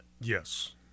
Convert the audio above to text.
Yes